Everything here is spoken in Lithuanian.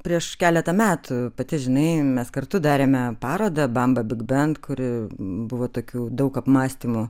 prieš keletą metų pati žinai mes kartu darėme parodą bamba big bend kur buvo tokių daug apmąstymų